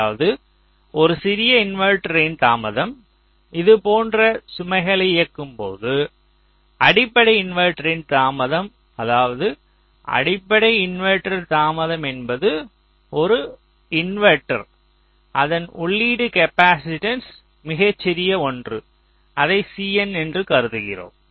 அதாவது ஒரு சிறிய இன்வெர்ட்டரின் தாமதம் இது போன்ற சுமைகளை இயக்கும்போது அடிப்படை இன்வெர்ட்டரின் தாமதம் அதாவது அடிப்படை இன்வெர்ட்டர் தாமதம் என்பது ஒரு இன்வெர்ட்டர் அதன் உள்ளீட்டு காப்பாசிட்டன்ஸ் மிகச்சிறிய ஒன்று அதை Cin என்று கருதுகிறோம்